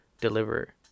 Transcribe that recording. deliver